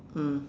mm